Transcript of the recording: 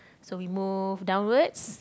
so we move downwards